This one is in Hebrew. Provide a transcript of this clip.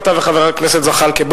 אתה וחבר הכנסת זחאלקה.